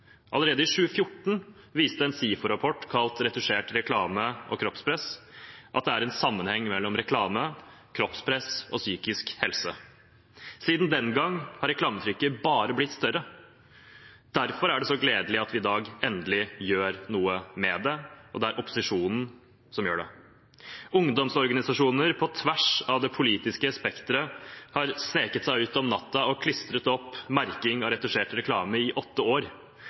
Allerede i 2014 viste en SIFO-rapport kalt «Retusjert reklame og kroppspress» at det er en sammenheng mellom reklame, kroppspress og psykisk helse. Siden den gang har reklametrykket bare blitt større. Derfor er det så gledelig at vi i dag endelig gjør noe med det, og det er opposisjonen som gjør det. Ungdomsorganisasjoner på tvers av det politiske spektret har sneket seg ut om natten og klistret opp merking av retusjert reklame i åtte år.